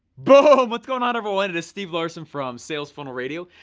boom! what's going on, everyone? it is steve larsen from sales funnel radio.